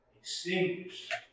extinguished